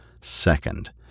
second